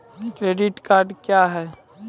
Credit card क्या हैं?